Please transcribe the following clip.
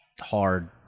hard